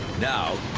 now?